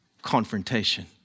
Confrontation